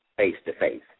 face-to-face